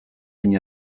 hain